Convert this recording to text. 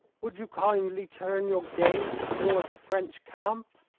would you kindly turn your gaze toward the french camp?